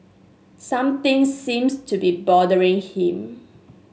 something seems to be bothering him